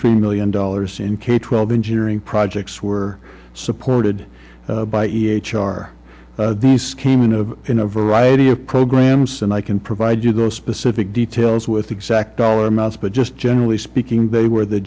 three million dollars in k twelve engineering projects were supported by h r these came in a in a variety of programs and i can provide you those specific details with exact dollar amounts but just generally speaking they were the